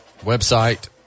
website